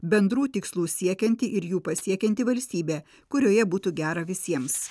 bendrų tikslų siekianti ir jų pasiekianti valstybė kurioje būtų gera visiems